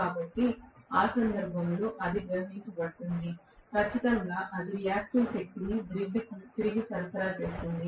కాబట్టి ఆ సందర్భంలో అది గ్రహింపబడుతుంది ఖచ్చితంగా అది రియాక్టివ్ శక్తిని గ్రిడ్కు తిరిగి సరఫరా చేస్తుంది